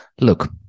look